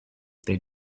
they